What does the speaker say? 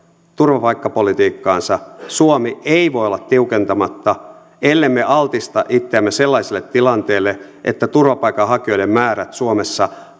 turvapaikkapolitiikkaansa suomi ei voi olla tiukentamatta ellemme altista itseämme sellaiselle tilanteelle että turvapaikanhakijoiden määrät suomessa